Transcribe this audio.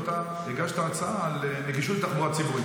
ואתה הגשת הצעה על נגישות בתחבורה ציבורית.